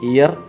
Ear